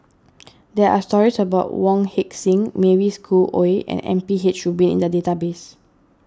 there are stories about Wong Heck Sing Mavis Khoo Oei and M P H Rubin in the database